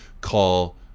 call